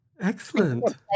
Excellent